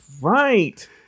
right